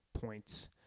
points